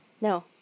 No